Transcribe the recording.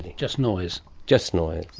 just noise. just noise.